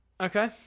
Okay